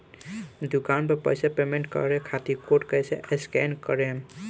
दूकान पर पैसा पेमेंट करे खातिर कोड कैसे स्कैन करेम?